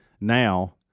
now